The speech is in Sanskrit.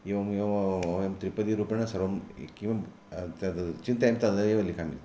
एवमेव वयं त्रिपदिरूपेण सर्वं किमपि तत् चिन्तयन्त तदेव लिखामि